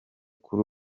kuri